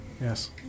Yes